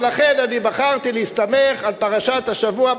ולכן אני בחרתי להסתמך על פרשת השבוע,